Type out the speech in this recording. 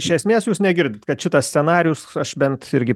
iš esmės jūs negirdit kad šitas scenarijus aš bent irgi